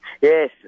Yes